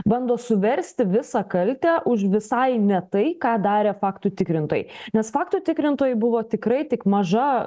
bando suversti visą kaltę už visai ne tai ką darė faktų tikrintojai nes faktų tikrintojai buvo tikrai tik maža